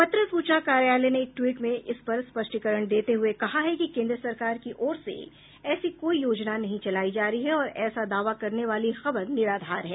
पत्र सूचना कार्यालय ने एक ट्वीट में इस पर स्पष्टीकरण देते हुए कहा है कि केंद्र सरकार की ओर से ऐसी कोई योजना नहीं चलाई जा रही और ऐसा दावा करने वाली खबर निराधार है